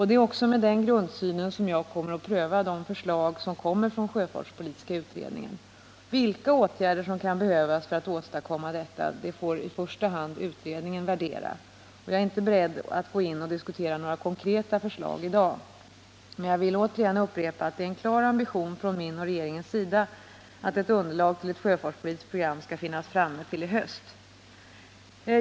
Det är med den grundsynen som jag kommer att pröva de förslag som den sjöfartspolitiska utredningen presenterar. Vilka åtgärder som kan behövas för att åstadkomma detta får i första hand utredningen värdera. Jag är inte beredd att gå in och diskutera några konkreta förslag i dag, men jag upprepar att det är en klar ambition från min och regeringens sida att ett underlag till ett sjöfartspolitiskt program skall finnas framme till i höst.